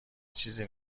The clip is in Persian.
چیزی